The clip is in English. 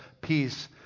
peace